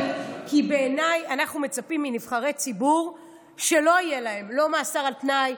כי בעיניי אנחנו מצפים מנבחרי ציבור שלא יהיה להם לא מאסר על תנאי,